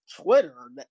twitter